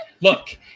look